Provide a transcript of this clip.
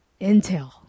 Intel